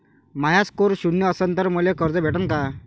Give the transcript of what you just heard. माया score शून्य असन तर मले कर्ज भेटन का?